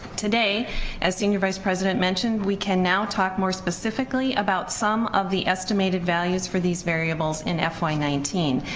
today as senior vice president mentioned we can now talk more specifically about some of the estimated values for these variables in fy nineteen,